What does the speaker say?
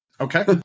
Okay